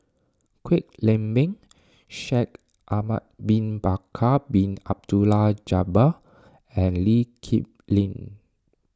Kwek Leng Beng Shaikh Ahmad Bin Bakar Bin Abdullah Jabbar and Lee Kip Lin